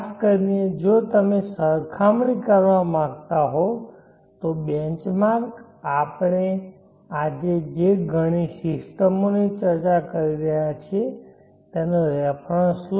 ખાસ કરીને જો તમે સરખામણી કરવા માંગતા હો તો બેંચ માર્ક આપણે જે ઘણી સિસ્ટમો ની ચર્ચા કરી રહ્યા છીએ તેનો રેફરન્સ લો